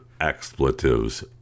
expletives